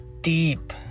deep